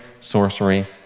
sorcery